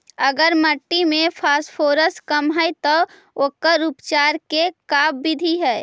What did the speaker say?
अगर मट्टी में फास्फोरस कम है त ओकर उपचार के का बिधि है?